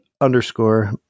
underscore